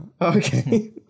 Okay